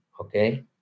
okay